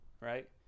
right